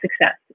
success